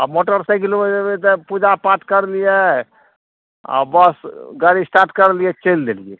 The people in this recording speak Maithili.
आओर मोटरसाइकिलपर जएबै तऽ पूजा पाठ करलिए आओर बस गाड़ी स्टार्ट करलिए चलि देलिए